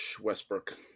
Westbrook